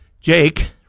Jake